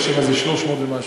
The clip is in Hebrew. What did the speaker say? ובבאר-שבע זה 300 ומשהו.